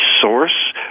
source